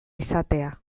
izatea